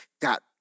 Got